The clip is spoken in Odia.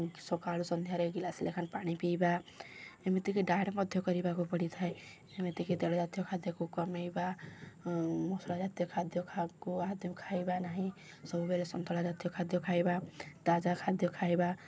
ସକାଳୁ ସନ୍ଧ୍ୟାରେ ଗିଲାସେ ଲେଖା ପାଣି ପିଇବା ଏମିତିକି ଡାଏଟ ମଧ୍ୟ କରିବାକୁ ପଡ଼ିଥାଏ ଏମିତିକି ତୈଳ ଜାତୀୟ ଖାଦ୍ୟକୁ କମେଇବା ମସଲା ଜାତୀୟ ଖାଦ୍ୟକୁ ଆଦୋୖ ଖାଇବା ନାହିଁ ସବୁବେଳେ ସନ୍ତୁଳା ଜାତୀୟ ଖାଦ୍ୟ ଖାଇବା ତାଜା ଖାଦ୍ୟ ଖାଇବା